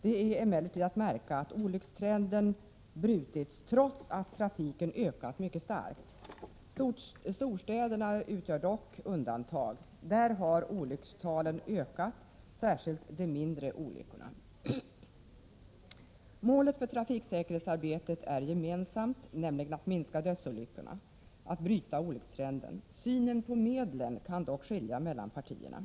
Det är emellertid att märka att olyckstrenden brutits trots att trafiken ökat mycket starkt. Storstäderna utgör dock undantag. Där har antalet olyckor ökat, det gäller särskilt de mindre olyckorna. Målet för trafiksäkerhetsarbetet är gemensamt, nämligen att minska antalet dödsolyckor, att bryta olyckstrenden. Synen på medlen kan dock skilja mellan partierna.